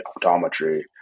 optometry